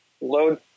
load